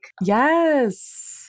yes